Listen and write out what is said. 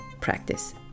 Practice